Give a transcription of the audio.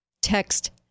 text